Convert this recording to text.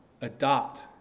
Adopt